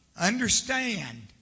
understand